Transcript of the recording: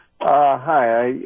hi